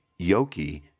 Yoki